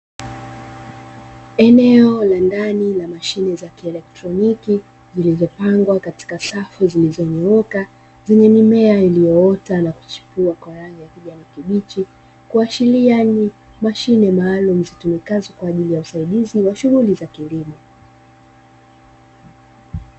Eneo la ndani la mashine za kielektroniki zilizopangwa katika safu zilizonyooka, zenye mimea iliyoota na kuchipua kwa rangi ya kijani kibichi, kuashiria ni mashine maalumu zitumikazo kwa ajili ya usaidizi wa shughuli za kilimo.